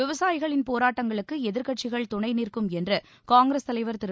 விவசாயிகளின் போராட்டங்களுக்கு எதிர்க்கட்சிகள் துணை நிற்கும் என்று காங்கிரஸ் தலைவர் திரு